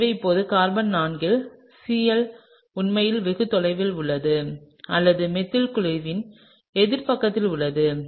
எனவே இப்போது கார்பன் 4 ல் Cl உண்மையில் வெகு தொலைவில் உள்ளது அல்லது மெத்தில் குழுவின் எதிர் பக்கத்தில் உள்ளது